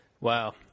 Wow